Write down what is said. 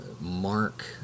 Mark